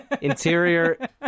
Interior